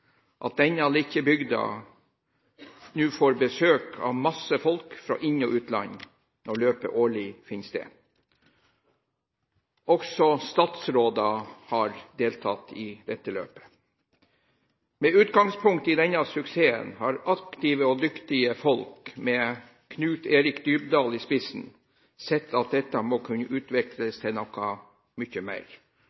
at denne lille bygda nå får besøk av masse folk fra inn- og utland når løpet årlig finner sted. Også statsråder har deltatt i dette løpet. Med utgangspunkt i denne suksessen har aktive og dyktige folk, med Knut Eirik Dybdal i spissen, sett at dette må kunne